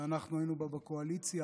שאנחנו היינו בה בקואליציה,